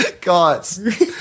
Guys